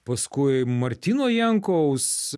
paskui martyno jankaus